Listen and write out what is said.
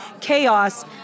chaos